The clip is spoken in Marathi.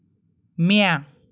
म्या